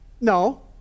No